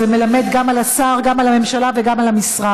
זה מלמד גם על השר, גם על הממשלה וגם על המשרד.